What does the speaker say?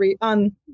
on